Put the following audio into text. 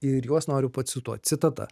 ir juos noriu pacituot citata